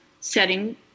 setting